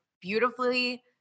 beautifully